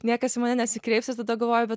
niekas į mane nesikreips ir tada galvoju apie